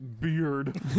Beard